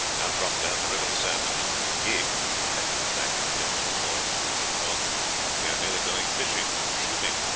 i will drop down the river this afternoon in the gig that will attract no attention, for it will be thought that we are merely going fishing or shooting.